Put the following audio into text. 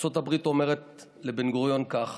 ארצות הברית אומרת לבן-גוריון ככה,